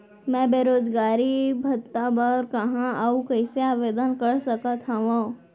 मैं बेरोजगारी भत्ता बर कहाँ अऊ कइसे आवेदन कर सकत हओं?